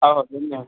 हो हो घेऊन जावा